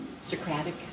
Socratic